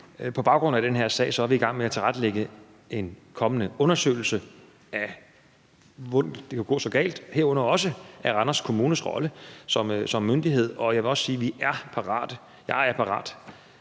på baggrund af den her sag er vi i gang med at tilrettelægge en kommende undersøgelse af, hvordan det kunne gå så galt, herunder også af Randers Kommunes rolle som myndighed. Og jeg vil også sige, at vi er parate – jeg er parat,